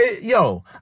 yo